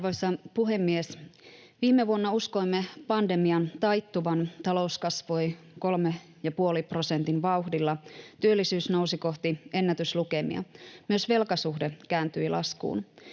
Arvoisa puhemies! Viime vuonna uskoimme pandemian taittuvan. Talous kasvoi kolmen ja puolen prosentin vauhdilla, työllisyys nousi kohti ennätyslukemia. Myös velkasuhde kääntyi laskuun.